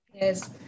Yes